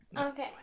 Okay